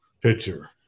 picture